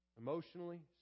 Emotionally